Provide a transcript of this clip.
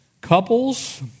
couples